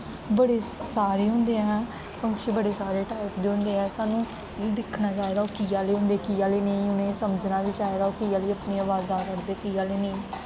बड़े सारे होंदे ऐ पंक्षी बड़े सारे टाईप दे होंदे ऐ सानूं दिक्खना चाहिदा कि ओह् किया ले होंदे किया आह्ले नेईं उ'नें समझना बी चाहिदा ओह् किया आहली अपनी अवाजां कड्ढदे किया लेई नेईं